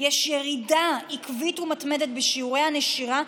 יש ירידה עקבית ומתמדת בשיעורי הנשירה,